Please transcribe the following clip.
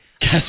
guess